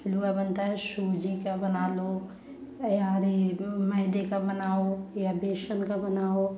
हलवा बनता है और सूजी का बना लो या दे मैदे का बनाओ या बेसन का बनाओ